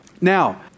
Now